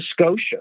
Scotia